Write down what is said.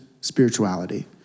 spirituality